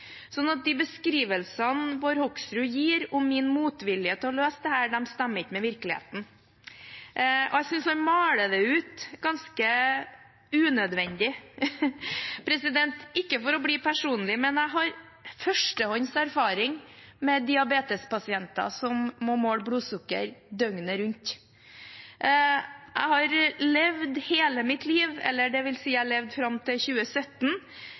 De beskrivelsene Bård Hoksrud gir om min motvilje mot å løse dette, stemmer ikke med virkeligheten. Jeg synes han maler det ut ganske unødvendig. Ikke for å bli personlig, men jeg har førstehåndserfaring med diabetespasienter som må måle blodsukker døgnet rundt. Jeg har levd hele mitt liv – eller det vil si, fram til 2017